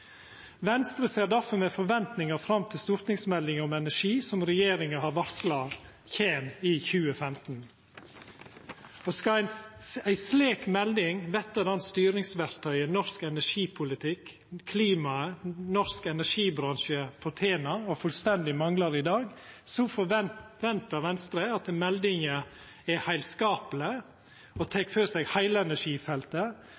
Venstre ser derfor med forventningar fram til stortingsmeldinga om energi, som regjeringa har varsla at kjem i 2015. Skal ei slik melding verta det styringsverktøyet norsk energipolitikk, klimaet og norsk energibransje fortener og fullstendig manglar i dag, forventar Venstre at meldinga er heilskapleg og tek for seg heile energifeltet, og